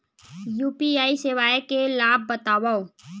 UPI सेवाएं के लाभ बतावव?